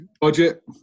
budget